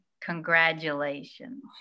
Congratulations